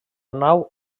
nau